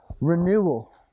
renewal